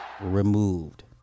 removed